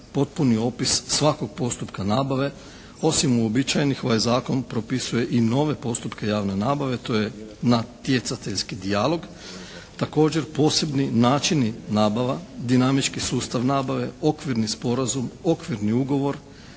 potpuni opis svakog postupka nabave osim uobičajenih ovaj zakon propisuje i nove postupke javne nabave to je natjecateljski dijalog. Također posebni načini nabava, dinamički sustav nabave, okvirni sporazum, okvirni ugovor